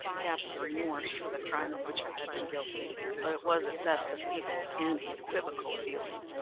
half of remorse, for the crime of which i had been guilty but it was, at best, a feeble and equivocal feeling,